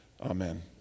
Amen